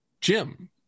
jim